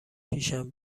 پیشم